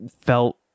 felt